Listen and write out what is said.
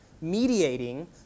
mediating